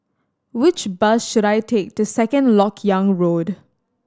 which bus should I take to Second Lok Yang Road